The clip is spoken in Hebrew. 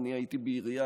אני הייתי בעירייה,